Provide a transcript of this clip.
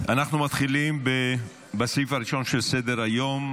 אנחנו מתחילים בסעיף הראשון של סדר-היום,